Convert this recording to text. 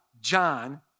John